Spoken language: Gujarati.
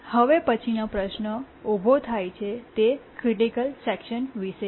હવે પછીનો પ્રશ્ન ઊભો થાય છે તે ક્રિટિકલ સેકશન વિશે છે